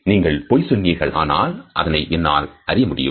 நீங்கள் பொய் சொன்னீர்கள் ஆனால் அதனை என்னால் அறிய முடியும்